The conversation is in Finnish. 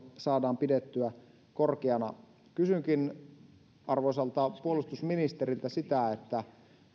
saadaan pidettyä korkeana kysynkin arvoisalta puolustusministeriltä sitä